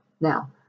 now